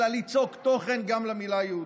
ליצוק תוכן גם למילה "יהודית".